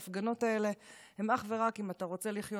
ההפגנות האלה הן אך ורק אם אתה רוצה לחיות